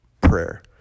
prayer